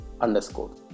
underscore